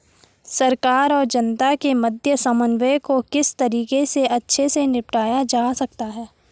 सरकार और जनता के मध्य समन्वय को किस तरीके से अच्छे से निपटाया जा सकता है?